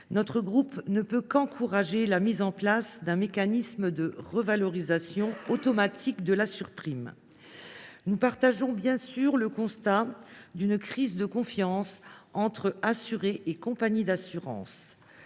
Centriste ne peut qu’encourager la mise en place d’un mécanisme de revalorisation automatique de la surprime. Nous partageons bien sûr le constat d’une crise de confiance entre assurés et compagnies d’assurances.